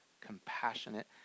compassionate